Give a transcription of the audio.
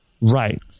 Right